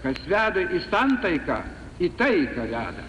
kas veda į santaiką į taiką veda